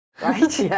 right